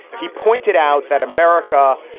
he pointed out that america,